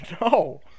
No